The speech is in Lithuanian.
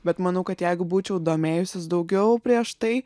bet manau kad jeigu būčiau domėjusis daugiau prieš tai